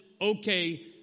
okay